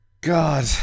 God